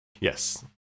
Yes